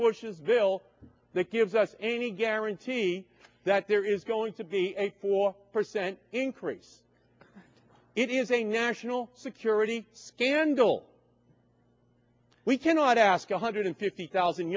bush's bill that gives us any guarantee that there is going to be a four percent increase it is a national security candle we cannot ask one hundred fifty thousand